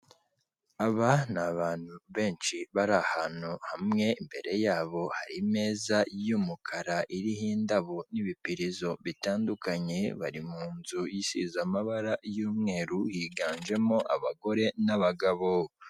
Aba ni abantu benshi bari ahantu hamwe, imbere yabo hari imeza y'umukara, iriho indabo n'ibipirizo bitandukanye, bari mu nzu isize amabara y'umweru, higanjemo abagore n'abagabo.